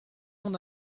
mon